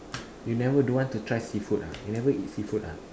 you never don't want to try seafood ah you never eat seafood ah